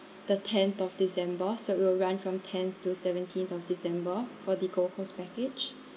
the tenth of december so will run from tenth to seventeenth of december for the gold coast package